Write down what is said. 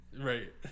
Right